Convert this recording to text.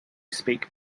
speak